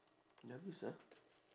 no more sia